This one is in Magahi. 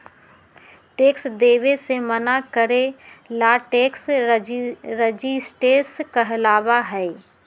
टैक्स देवे से मना करे ला टैक्स रेजिस्टेंस कहलाबा हई